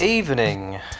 Evening